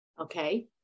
okay